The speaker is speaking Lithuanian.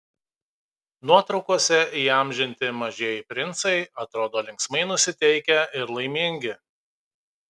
nuotraukose įamžinti mažieji princai atrodo linksmai nusiteikę ir laimingi